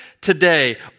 today